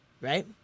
Right